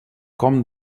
com